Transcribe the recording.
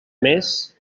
més